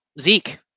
Zeke